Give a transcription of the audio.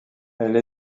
elle